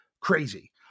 crazy